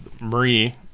Marie